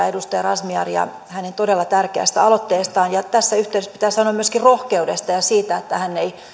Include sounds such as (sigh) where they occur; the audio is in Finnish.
(unintelligible) edustaja razmyaria hänen todella tärkeästä aloitteestaan ja tässä yhteydessä pitää sanoa myöskin rohkeudestaan ja siitä että hän ei